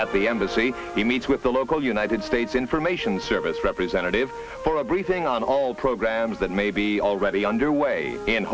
at the embassy he meets with the local united states information service representatives for a briefing on all programs that may be already underway